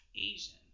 Asian